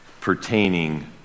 pertaining